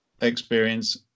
experience